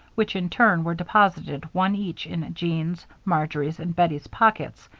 which in turn were deposited one each in jean's, marjory's, and bettie's pockets,